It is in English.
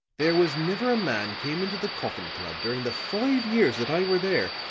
there was never a man came into the coffin club, during the five years that i were there,